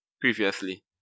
previously